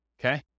Okay